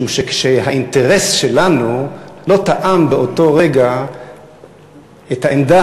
משום שכשהאינטרס שלנו לא תאם באותו רגע את העמדה